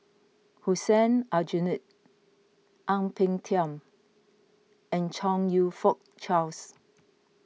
Hussein Aljunied Ang Peng Tiam and Chong You Fook Charles